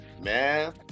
Man